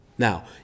Now